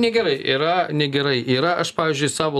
negerai yra negerai yra aš pavyzdžiui savo